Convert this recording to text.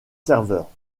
serveurs